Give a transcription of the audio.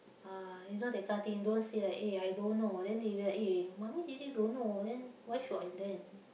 uh you know that kind of thing don't say like eh I don't know then they like eh mummy really don't know then why should I learn